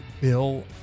Bill